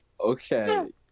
okay